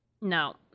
No